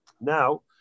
Now